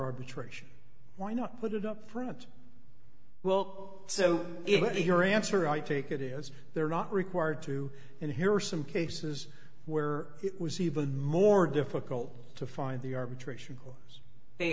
arbitration why not put it up front well so if your answer i take it is they're not required to and here are some cases where it was even more difficult to find the arbitration they